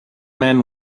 men